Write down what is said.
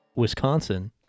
Wisconsin